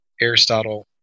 Aristotle